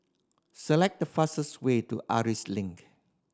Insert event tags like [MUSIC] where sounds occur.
select the fastest way to [UNINTELLIGIBLE] Link